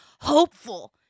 hopeful